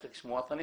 לפי מה שהוא אומר,